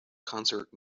concert